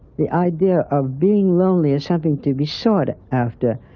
the idea of being lonely as something to be sought after,